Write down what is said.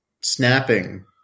snapping